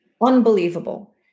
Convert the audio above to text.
unbelievable